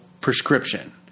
prescription